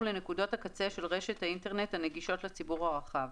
לנקודות הקצה של רשת האינטרנט הנגישות לציבור הרחב,